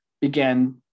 began